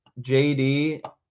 jd